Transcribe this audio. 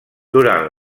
durant